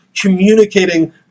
communicating